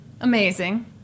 Amazing